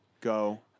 go